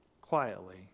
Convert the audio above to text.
quietly